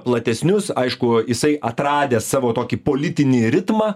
platesnius aišku jisai atradęs savo tokį politinį ritmą